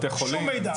בתי חולים.